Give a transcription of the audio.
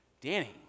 Danny